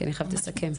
כי אני חייבת לסכם.